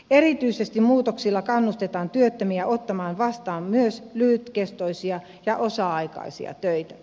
erityisesti muutoksilla kannustetaan työttömiä ottamaan vastaan myös lyhytkestoisia ja osa aikaisia töitä